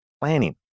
planning